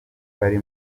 bari